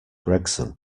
gregson